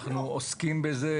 אנחנו עוסקים בזה.